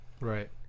Right